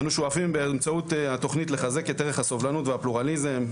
אנו שואפים באמצעות התוכנית לחזק את ערך הסובלנות והפלורליזם,